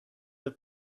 have